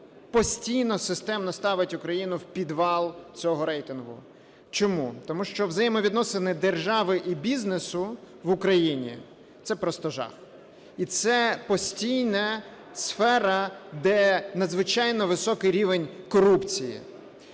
постійно системно ставить Україну в підвал цього рейтингу. Чому? Тому що взаємовідносини держави і бізнесу в Україні – це просто жах. І це постійна сфера, де надзвичайно високий рівень корупції.